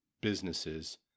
businesses